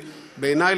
בעיני,